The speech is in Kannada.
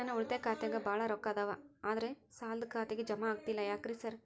ನನ್ ಉಳಿತಾಯ ಖಾತ್ಯಾಗ ಬಾಳ್ ರೊಕ್ಕಾ ಅದಾವ ಆದ್ರೆ ಸಾಲ್ದ ಖಾತೆಗೆ ಜಮಾ ಆಗ್ತಿಲ್ಲ ಯಾಕ್ರೇ ಸಾರ್?